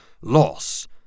loss